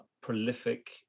prolific